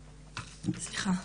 סליחה.